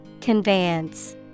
Conveyance